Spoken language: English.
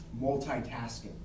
multitasking